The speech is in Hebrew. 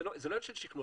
זה לא עניין של שכנוע,